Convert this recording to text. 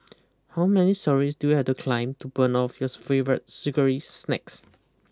how many storeys do you have to climb to burn off yours favourite sugary snacks